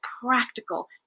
practical